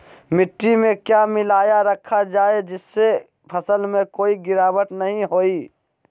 मिट्टी में क्या मिलाया रखा जाए जिससे फसल में कोई गिरावट नहीं होई?